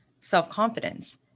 self-confidence